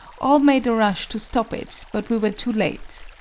all made a rush to stop it, but we were too late.